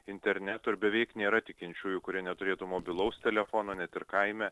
interneto ir beveik nėra tikinčiųjų kurie neturėtų mobilaus telefono net ir kaime